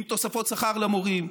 עם תוספות שכר למורים,